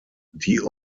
die